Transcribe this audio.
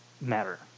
matter